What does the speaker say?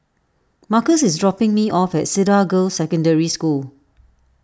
Markus is dropping me off at Cedar Girls' Secondary School